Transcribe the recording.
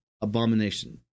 abomination